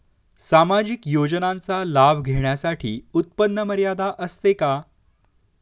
सामाजिक योजनांचा लाभ घेण्यासाठी उत्पन्न मर्यादा असते का?